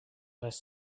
less